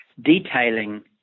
detailing